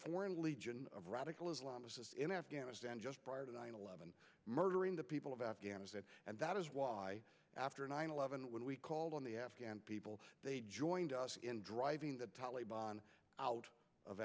foreign legion of radical islam in afghanistan just prior to nine eleven murdering the people of afghanistan and that is why after nine eleven when we called on the afghan people they joined us in driving the taleban out of